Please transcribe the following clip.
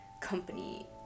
company